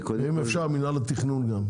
אם אפשר, גם מילה על התכנון.